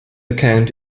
account